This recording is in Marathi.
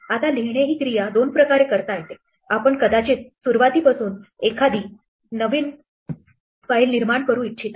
आता लिहिणे ही क्रिया दोन प्रकारे करता येते आपण कदाचित सुरुवातीपासून एखादी नवीन फाइल निर्माण करू इच्छिता